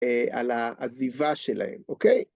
‫על העזיבה שלהם, אוקיי?